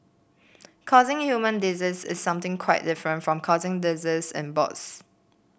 causing human disease is something quite different from causing disease in boss